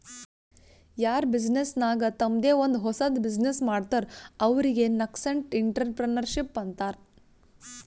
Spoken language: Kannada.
ಯಾರ್ ಬಿಸಿನ್ನೆಸ್ ನಾಗ್ ತಂಮ್ದೆ ಒಂದ್ ಹೊಸದ್ ಬಿಸಿನ್ನೆಸ್ ಮಾಡ್ತಾರ್ ಅವ್ರಿಗೆ ನಸ್ಕೆಂಟ್ಇಂಟರಪ್ರೆನರ್ಶಿಪ್ ಅಂತಾರ್